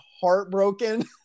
heartbroken